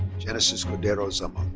genesis cordero zamot.